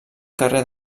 carrer